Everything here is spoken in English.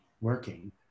working